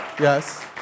Yes